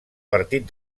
partit